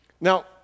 Now